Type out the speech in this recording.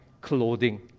clothing